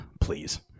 please